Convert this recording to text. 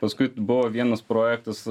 paskui buvo vienas projektas